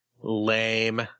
lame